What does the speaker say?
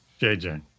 JJ